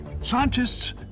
Scientists